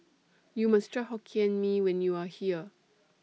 YOU must Try Hokkien Mee when YOU Are here